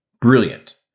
brilliant